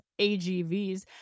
agvs